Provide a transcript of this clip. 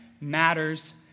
matters